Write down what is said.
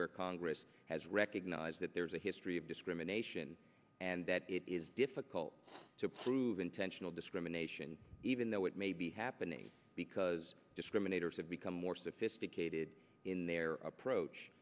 where congress has recognized that there is a history of discrimination and that it is difficult to prove intentional discrimination even though it may be happening because discriminators have become more sophisticated in their approach